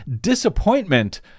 disappointment